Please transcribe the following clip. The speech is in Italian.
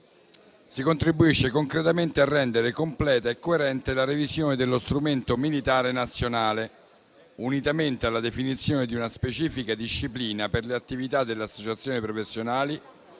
si contribuisce concretamente a rendere completa e coerente la revisione dello strumento militare nazionale, unitamente alla definizione di una specifica disciplina per le attività delle associazioni professionali